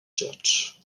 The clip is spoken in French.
church